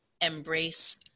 embrace